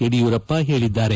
ಯಡಿಯೂರಪ್ಪ ಹೇಳಿದ್ದಾರೆ